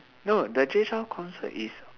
no the Jay Chou concert is